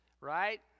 right